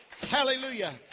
Hallelujah